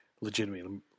legitimately